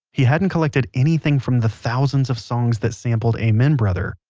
he hadn't collected anything from the thousands of songs that sampled amen, brother.